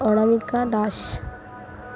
Anamika Das